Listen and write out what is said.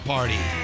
Party